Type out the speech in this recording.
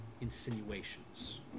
insinuations